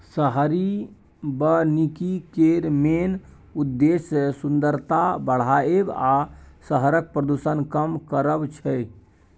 शहरी बनिकी केर मेन उद्देश्य सुंदरता बढ़ाएब आ शहरक प्रदुषण कम करब छै